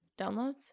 downloads